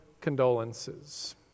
condolences